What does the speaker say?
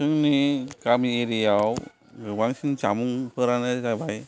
जोंनि गामि एरियाव गोबांसिन जामुं फोरानो जाबाय